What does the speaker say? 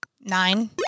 Nine